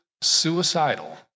suicidal